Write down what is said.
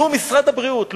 לו משרד הבריאות,